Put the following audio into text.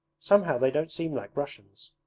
somehow they don't seem like russians